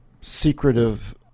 secretive